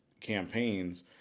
campaigns